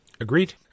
Agreed